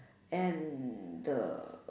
and the